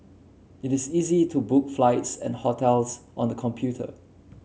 it is easy to book flights and hotels on the computer